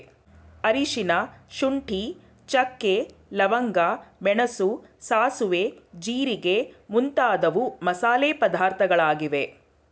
ಅರಿಶಿನ, ಶುಂಠಿ, ಚಕ್ಕೆ, ಲವಂಗ, ಮೆಣಸು, ಸಾಸುವೆ, ಜೀರಿಗೆ ಮುಂತಾದವು ಮಸಾಲೆ ಪದಾರ್ಥಗಳಾಗಿವೆ